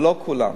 אבל לא כולם.